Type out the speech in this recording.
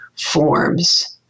forms